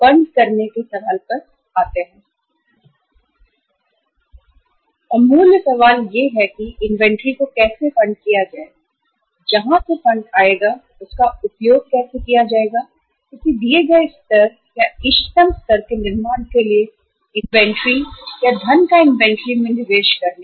दस लाख डॉलर सवाल यह है कि इन्वेंट्री को कैसे फंड किया जाए जहां से फंड आएगा जिसका उपयोग किया जाएगा किसी दिए गए स्तर या इष्टतम स्तर के निर्माण के लिए इन्वेंट्री या धन का इन्वेंट्री में निवेश करना